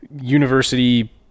university